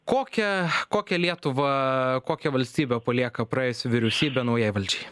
kokią kokią lietuvą kokią valstybę palieka praėjusi vyriausybė naujai valdžiai